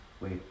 wait